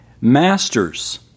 Masters